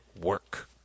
work